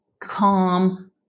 calm